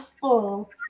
full